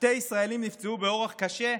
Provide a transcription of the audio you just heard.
שני ישראלים נפצעו באורח קשה,